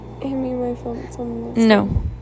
No